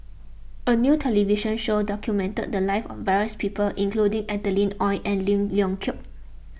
a new television show documented the lives of various people including Adeline Ooi and Lim Leong Geok